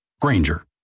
Granger